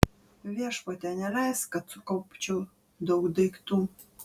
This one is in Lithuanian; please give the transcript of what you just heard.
viešpatie neleisk kad sukaupčiau daug daiktų